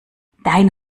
dein